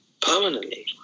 permanently